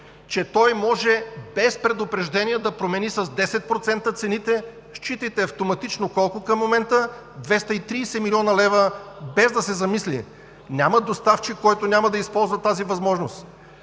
че той може без предупреждение да промени с 10% цените, считайте автоматично, колко са към момента – 230 млн. лв., без да се замисли. Няма доставчик, който няма да използва тази възможност.